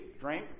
drink